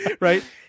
Right